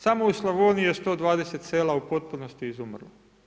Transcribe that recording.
Samo u Slavoniji je 120 sela u potpunosti izumrlo.